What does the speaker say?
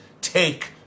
take